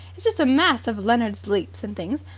it's just a mass of leonard's leaps and things.